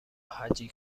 هجی